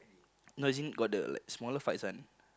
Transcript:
no as in got the like smaller fights one